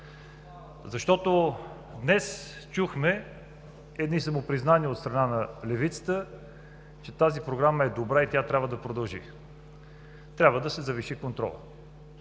Борисов. Днес чухме едни самопризнания от страна на левицата, че тази Програма е добра и тя трябва да продължи. Трябва да се завиши контролът.